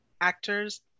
actors